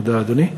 תודה, אדוני.